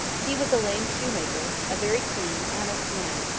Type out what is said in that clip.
he was a lame shoemaker, a very clean, honest man,